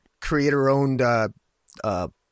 creator-owned